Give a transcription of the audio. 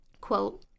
Quote